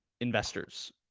investors